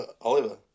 Oliver